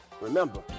Remember